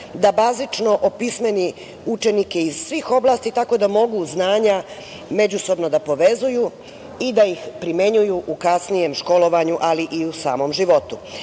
da bazično opismeni učenike iz svih oblasti tako da mogu znanja međusobno da povezuju i da ih primenjuju u kasnijem školovanju, ali i u samom životu. Jedan